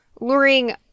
luring